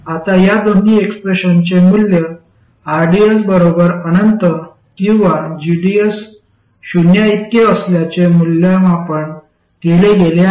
आता या दोन्ही एक्सप्रेशनचे मूल्य rds बरोबर अनंत किंवा gds शून्याइतके असल्यास मूल्यमापन केले गेले आहे